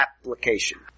application